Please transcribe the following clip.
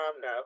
no